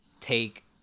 take